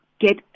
get